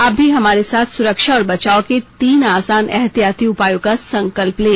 आप भी हमारे साथ सुरक्षा और बचाव के तीन आसान एहतियाती उपायों का संकल्प लें